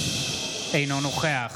אינו נוכח